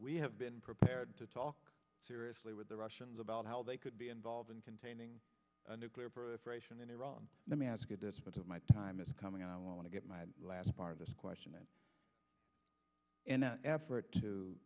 we have been prepared to talk seriously with the russians about how they could be involved in containing a nuclear proliferation in iran let me ask you this but my time is coming i want to get my last part of this question and in an effort to